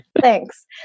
Thanks